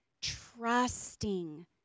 trusting